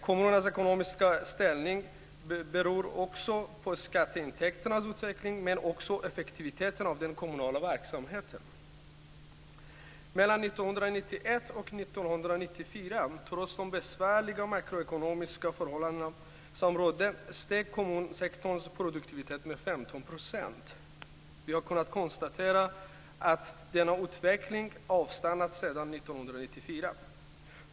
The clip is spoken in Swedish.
Kommunernas ekonomiska ställning beror också på skatteintäkternas utveckling men också effektiviteten av den kommunala verksamheten. Mellan 1991 och 1994, trots de besvärliga makroekonomiska förhållanden som rådde, steg kommunsektorns produktivitet med 15 %. Vi har kunnat konstatera att denna utveckling avstannat sedan 1994.